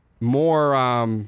more –